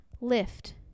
Lift